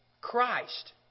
Christ